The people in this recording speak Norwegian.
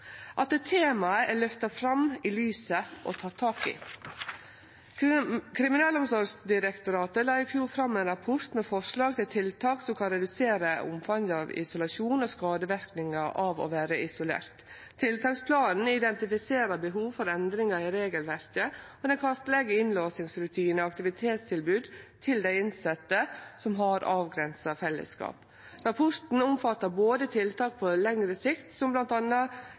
at temaet er løfta fram i lyset og teke tak i. Kriminalomsorgsdirektoratet la i fjor fram ein rapport med forslag til tiltak som kan redusere omfanget av isolasjon og skadeverknader av å vere isolert. Tiltaksplanen identifiserer behov for endringar i regelverket, og han kartlegg innlåsingsrutinar og aktivitetstilbod til dei innsette som har avgrensa fellesskap. Rapporten omfattar både tiltak på lengre sikt som